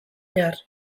behar